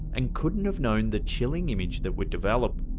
and couldn't have known the chilling image that would develop.